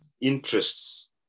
interests